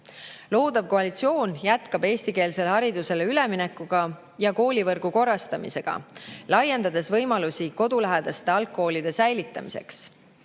Loodav koalitsioon jätkab eestikeelsele haridusele üleminekuga ja koolivõrgu korrastamisega, laiendades võimalusi kodulähedaste algkoolide säilitamiseks.